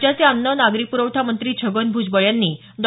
राज्याचे अन्न नागरी पुरवठा मंत्री छगन भुजबळ यांनी डॉ